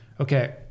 Okay